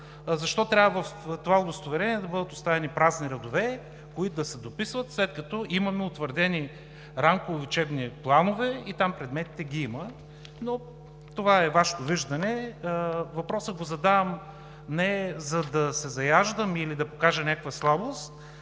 защо трябва в това удостоверение да бъдат оставяни празни редове, които да се дописват, след като имаме утвърдени рамкови учебни планове и там предметите ги има! Но това е Вашето виждане. Въпроса го задавам, не за да се заяждам или да покажа някаква слабост